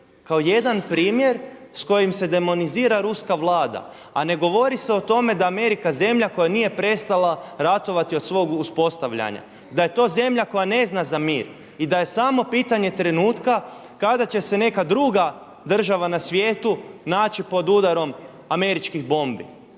kao jedan primjer s kojim se demonizira ruska Vlada, a ne govori se o tome da Amerika zemlja koja nije prestala ratovati od svog uspostavljanja, da je to zemlja koja ne zna za mir i da je samo pitanje trenutka kada će se neka druga država na svijetu naći pod udarom američkih bombi.